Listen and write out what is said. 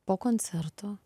po koncerto